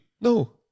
No